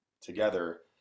together